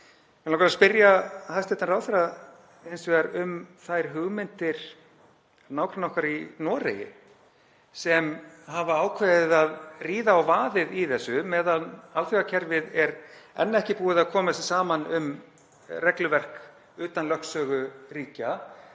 Mig langar að spyrja hæstv. ráðherra hins vegar um þær hugmyndir nágranna okkar í Noregi sem hafa ákveðið að ríða á vaðið í þessu meðan alþjóðakerfið er enn ekki búið að koma sér saman um regluverk utan lögsögu ríkja.